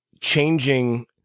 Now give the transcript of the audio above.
changing